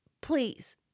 please